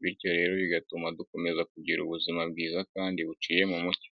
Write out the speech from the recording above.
bityo rero bigatuma dukomeza kugira ubuzima bwiza kandi buciye mu mucyo.